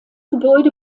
gebäude